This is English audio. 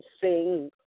sing